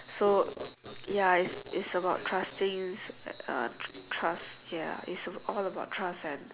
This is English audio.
so ya it's it's about trusting uh trust ya it's all about trust and